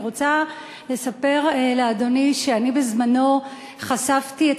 אני רוצה לספר לאדוני שאני בזמנו חשפתי את